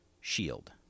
shield